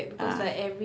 ah